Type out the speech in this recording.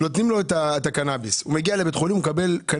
הוא מקבל קנאביס בבית החולים.